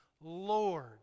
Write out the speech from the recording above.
Lord